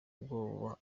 mwobo